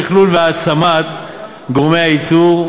תכנון והעצמת גורמי הייצור,